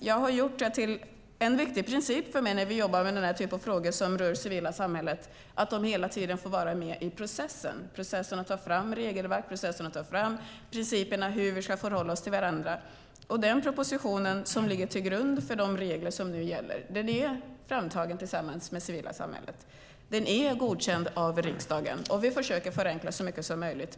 Jag har gjort det till en viktig princip för mig när vi jobbar med denna typ av frågor som rör det civila samhället att de hela tiden får vara med i processen, det vill säga att ta fram regelverk och principerna om hur vi ska förhålla oss till varandra. Den proposition som ligger till grund för de regler som nu gäller är framtagen tillsammans med det civila samhället. Den är godkänd av riksdagen. Vi försöker förenkla så mycket som möjligt.